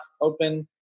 open